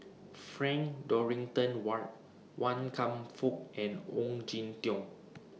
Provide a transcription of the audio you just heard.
Frank Dorrington Ward Wan Kam Fook and Ong Jin Teong